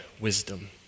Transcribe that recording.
wisdom